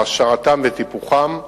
העשרתם וטיפוחם,